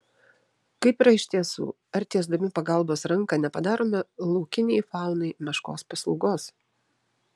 kaip yra iš tiesų ar tiesdami pagalbos ranką nepadarome laukiniai faunai meškos paslaugos